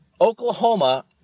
Oklahoma